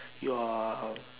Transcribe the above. you're